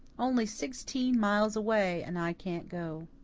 only sixteen miles away and i can't go.